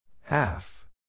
Half